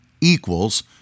equals